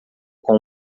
com